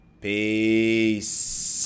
Peace